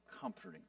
comforting